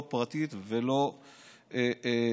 לא פרטית ולא ממשלתית,